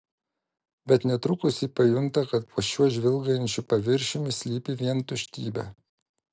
bet netrukus ji pajunta kad po šiuo žvilgančiu paviršiumi slypi vien tuštybė